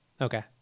Okay